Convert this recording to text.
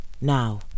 Now